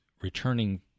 returning